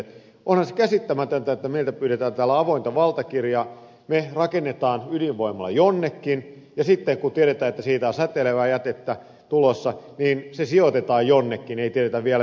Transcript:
onhan se käsittämätöntä että meiltä pyydetään täällä avointa valtakirjaa me rakennamme ydinvoimalan jonnekin ja sitten kun tiedetään että siitä on säteilevää jätettä tulossa niin se sijoitetaan jonnekin ei tiedetä vielä minne